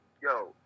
Yo